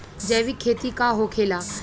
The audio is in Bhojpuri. जैविक खेती का होखेला?